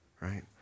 right